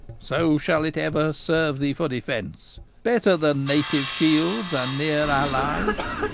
so shall it ever serve thee for defense better than native shields and near allies.